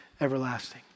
everlasting